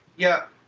yeah,